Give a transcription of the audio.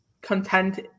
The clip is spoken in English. content